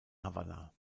havanna